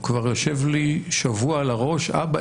הוא כבר יושב לי שבוע על הראש: אבא,